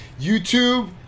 YouTube